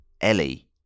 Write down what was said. ellie